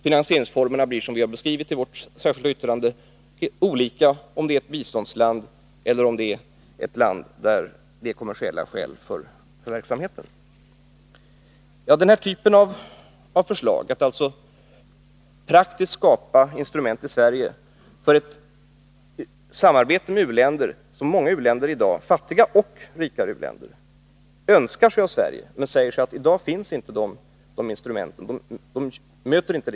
Finansieringsformerna blir, som vi har beskrivit i vårt särskilda yttrande nr 9, olika beroende på om det är ett biståndsland eller om det är ett land där det föreligger kommersiella skäl för verksamheten. Många u-länder, både fattiga och rikare, önskar sig i dag ett bredare samarbete med Sverige, men de säger att Sverige saknar instrument för detta och att de inte möter det gensvar som de vill ha.